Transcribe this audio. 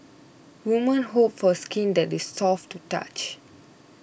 women hope for skin that is soft to the touch